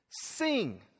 Sing